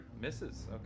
Misses